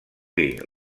dir